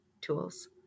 tools